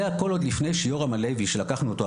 הכול עוד לפני שיורם הלוי שלקחנו אותו,